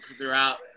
throughout